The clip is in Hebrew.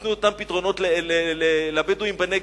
שייתנו אותם פתרונות לבדואים בנגב,